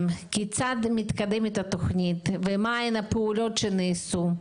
כיצד מתקדמת התוכנית ומהן הפעולות שנעשו,